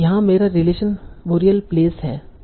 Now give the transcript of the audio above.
यहाँ मेरा relation burial place है